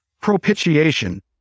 propitiation